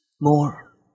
more